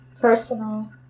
personal